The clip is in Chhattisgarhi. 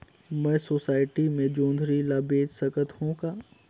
मैं सोसायटी मे जोंदरी ला बेच सकत हो का?